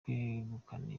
kwegukana